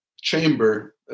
chamber